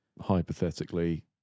hypothetically